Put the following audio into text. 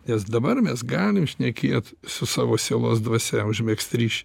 nes dabar mes galim šnekėt su savo sielos dvasia užmegzt ryšį